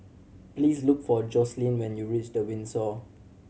please look for Joslyn when you reach The Windsor